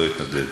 לא התנדב.